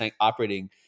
operating